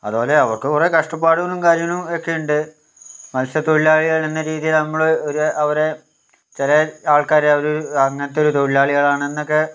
അതുപോലെ അവർക്ക് കുറേ കഷ്ടപ്പാടും കാര്യങ്ങളും ഒക്കെയുണ്ട് മത്സ്യത്തൊഴിലാളികൾ എന്ന രീതിയിൽ നമ്മൾ ഒരു അവരെ ചില ആൾക്കാര് അവര് അങ്ങനത്തെരു തൊഴിലാളികളാണെന്നൊക്കെ